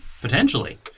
Potentially